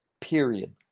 period